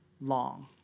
long